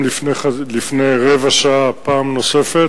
גם לפני רבע שעה פעם נוספת,